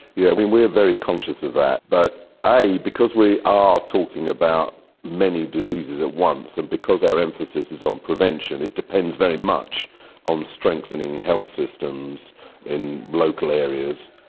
yeah we we are very conscious of that. but because we are talking about many diseases at once and because our emphasis is on prevention, it depends very much on strengthening health systems in local areas.